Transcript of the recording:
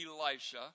Elisha